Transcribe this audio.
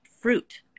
fruit